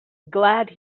glad